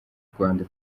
rwanda